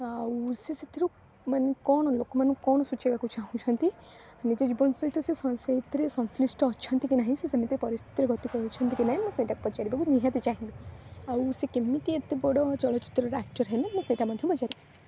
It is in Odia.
ଆଉ ସେ ସେଥିରୁ ମାନେ କଣ ଲୋକମାନଙ୍କୁ କଣ ସୂଚେଇବାକୁ ଚାହୁଁଛନ୍ତି ନିଜ ଜୀବନ ସହିତ ସେ ସେ ସେଇଥିରେ ସଂଶ୍ଳିଷ୍ଟ ଅଛନ୍ତି କି ନାହିଁ ସେ ସେମିତି ପରିସ୍ଥିତିରେ ଗତି କରୁଛନ୍ତି କି ନାଇଁ ମୁଁ ସେଇଟା ପଚାରିବାକୁ ନିହାତି ଚାହିଁବି ଆଉ ସେ କେମିତି ଏତେ ବଡ଼ ଚଳଚ୍ଚିତ୍ରର ଆକ୍ଟର୍ ହେଲେ ମୁଁ ସେଇଟା ମଧ୍ୟ ପଚାରିବି